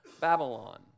Babylon